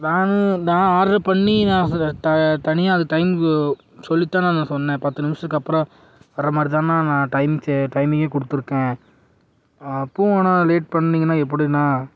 நானும் நான் ஆர்ட்ரு பண்ணி நான் தனியாக அது டைம்க்கு சொல்லித்தாண்ணா நான் சொன்னேன் பத்து நிமிஷத்துக்கு அப்புறம் வர மாதிரிதாண்ணா நான் டைம்க்கே டைமிங்கே கொடுத்துருக்கேன் அப்போவும் ஆனால் லேட் பண்ணீங்கன்னா எப்படின்னா